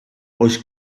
oes